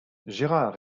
gérard